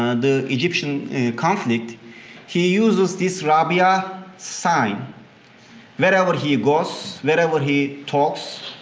and the egyptian conflict he used this this rabia sign wherever he goes, wherever he talks.